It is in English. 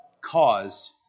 caused